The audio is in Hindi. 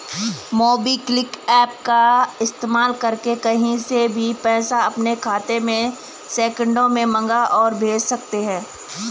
मोबिक्विक एप्प का इस्तेमाल करके कहीं से भी पैसा अपने खाते में सेकंडों में मंगा और भेज सकते हैं